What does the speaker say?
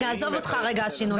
עזוב רגע את השינויים.